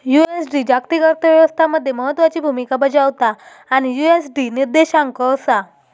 USD जागतिक अर्थ व्यवस्था मध्ये महत्त्वाची भूमिका बजावता आणि यु.एस.डी निर्देशांक असा